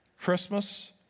Christmas